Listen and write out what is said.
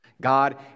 God